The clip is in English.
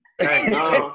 Hey